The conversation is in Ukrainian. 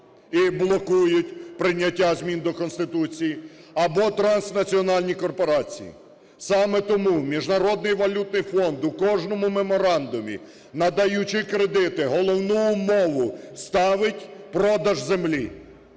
і блокують прийняття змін до Конституції, або транснаціональні корпорації. Саме тому Міжнародний валютний фонд у кожному меморандумі, надаючи кредити, головну умову ставить - продаж землі.